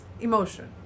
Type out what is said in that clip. emotion